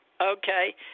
Okay